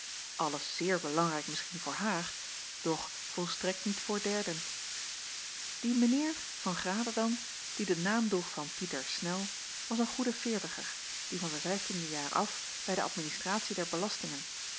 alles zeer belangrijk misschien voor haar doch volstrekt niet voor derden die meneer van grada dan die den naam droeg van pieter snel was een goede veertiger die van zijn vijftiende jaar af bij de administratie der belastingen